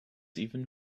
even